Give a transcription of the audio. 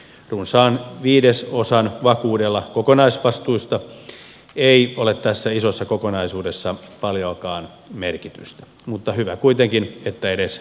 runsaan viidesosan vakuudella kokonaisvastuista ei ole tässä isossa kokonaisuudessa paljoakaan merkitystä mutta hyvä kuitenkin että edes jotain